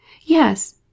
Yes